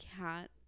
cat